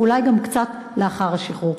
ואולי גם קצת לאחר השחרור.